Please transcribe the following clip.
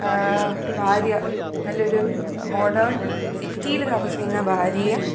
ഭാര്യ നല്ലൊരു മോഡേൺ സിറ്റീൽ താമസിക്കുന്ന ഭാര്യ